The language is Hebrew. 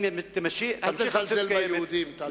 אם, אל תזלזל ביהודים, טלב.